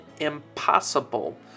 impossible